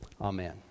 amen